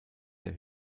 der